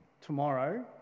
tomorrow